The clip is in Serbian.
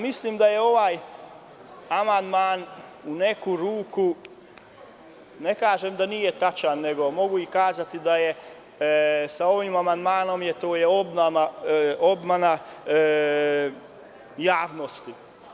Mislim da je ovaj amandman u neku ruku, ne kažem da nije tačan, nego mogu kazati da je sa ovim amandmanom obmana javnosti.